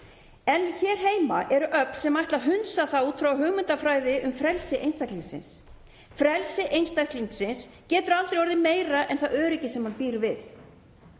En hér heima eru öfl sem ætla að hunsa það út frá hugmyndafræði um frelsi einstaklingsins. Frelsi einstaklingsins getur aldrei orðið meira en það öryggi sem hann býr við.